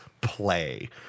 Play